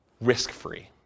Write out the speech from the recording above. risk-free